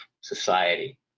society